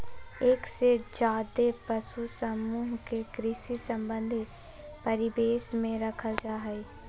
एक से ज्यादे पशु समूह के कृषि संबंधी परिवेश में रखल जा हई